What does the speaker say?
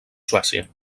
suècia